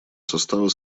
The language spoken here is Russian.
состава